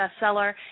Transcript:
bestseller